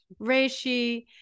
reishi